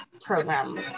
program